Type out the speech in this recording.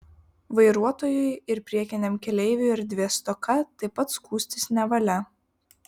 vairuotojui ir priekiniam keleiviui erdvės stoka taip pat skųstis nevalia